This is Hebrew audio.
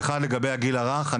אחד לגבי הגיל הרך.